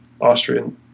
austrian